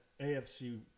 AFC